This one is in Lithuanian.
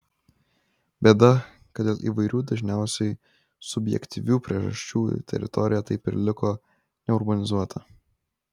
bėda kad dėl įvairių dažniausiai subjektyvių priežasčių teritorija taip ir liko neurbanizuota